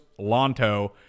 Lonto